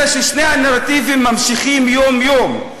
אלא ששני הנרטיבים ממשיכים יום-יום,